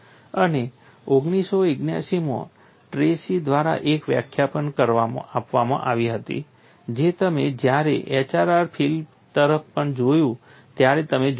અને 1979 માં ટ્રેસી દ્વારા એક વ્યાખ્યા પણ આપવામાં આવી હતી જે તમે જ્યારે HRR ફીલ્ડ તરફ પણ જોયું ત્યારે તમે જોયું હતું